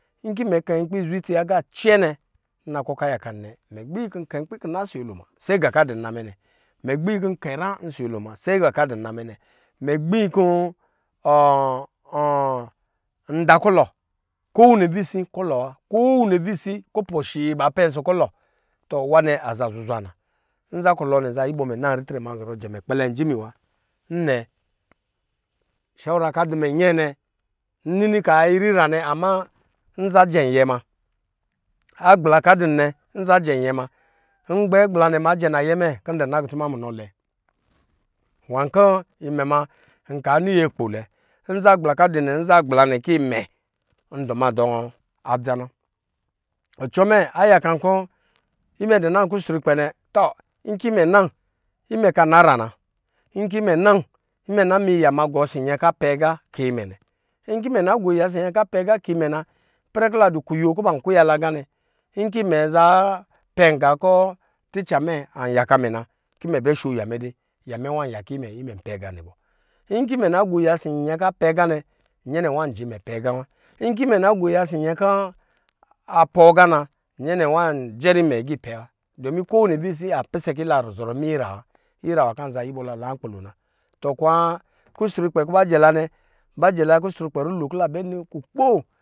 Nkɔ imɛ kɛn nkpi izwe itsi aga acɛɛ nɛ nna kɔ kɔ ayaka nɛ imɛ gpa kɔ nkɛ nkpin kina ɔsɔ nyelo mina se nga kɔ adɔ nna mɛ nɛ mɛ abi kɔ kɔ nɔ kulɔ kowoni avisii kulɔwa kowoni avisi kubɔ shi ba pɛ mɛ ɔsɔ kulɔ, nwanɛ azaa zuzwaa na nza kulɔ nɛ anza yubɔ imɛ naa ritre muna ankpɛle mɛ ajimi wa nnɛ shɔra kɔ adumɛ nyɛɛ nɛ, n nini kaa irira nɛ amaa nza jɛnyɛ muna agbla kɔ adɔnnɛ nza jɛrɛ yɛ muna, ngbɛ agbla nɛ jɛ nayɛ mɛ kɔ nna kutuma munɔ lɛ nwankɔ imɛ ma nka nɔ nyɛ kpo lɛ nza agbla nwa kɔ inɔ ma dɔ mɛ nɛ ma nɔ kɔ ndɔ ma dɔ adza na ɔsɔ mɛ ayaka nkɔ imɛ dɔ nan kusrukpɛ nɛ tɔ, imɛ kana ra na imɛ nan imɛ na ma iya ma gɔ ɔsɔ nyɛnkɔ apɛ aga ka imɛ nɛ nkɔ imɛ na gɔ iya ɔsɔ yayɛnkɔ ana pɛ aga ka imɛ na, ipɛrɛ kɔ la dɔ kuyo kɔ ban kwaya la aga nɛ kɔ imɛ zaa pen ga kɔ tecɛ mɛ ayaka mɛ na kɔ imɛ bɛ sho ya mɛ de ya mɛ nwanpɛ nga nɛ nwa yake imɛ bɔ nkɔ imɛ gɔ iya ɔsɔ nyɛ kɔ nwa pɛ aga nɛ nyɛnɛ nwa jɛ imɛ pɛ aga nwa, nkɔ imɛ gɔ iya ɔsɔ nyɛn kɔ nwa pɔɔ aga na nyɛ nɛ nwa jɛrɛ imɛ aga ipɛ wa domi kovisi nwa pisɛ kɔ ila zɔrɔ ma ira wa ira nɛ nwa anza yowɔ la na nkpi lo mune kwa kusr ukpɛ kɔ ba jɛ la nɛ ba jɛ la kɔ rulo kɔ la bɛ nɔ kukpo.